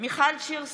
מיכל שיר סגמן,